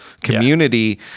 community